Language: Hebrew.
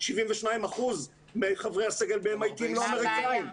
72% מחברי הסגל ב-MIT הם לא אמריקאים.